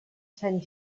sant